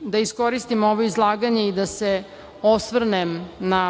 da iskoristim ovo izlaganje i da se osvrnem na